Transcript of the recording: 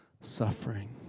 Suffering